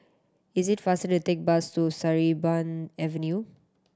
it is faster to take bus to Sarimbun Avenue